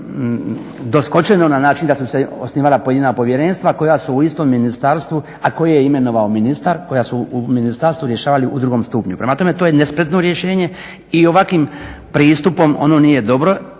doskočeno na način da su se osnivala pojedina povjerenstva koja su u istom ministarstvu, a koje je imenovao ministar, koja u ministarstvu rješavali u drugom stupnju. Prema tome, to je nespretno rješenje i ovakvim pristupom ono nije dobro